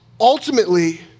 ultimately